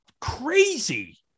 crazy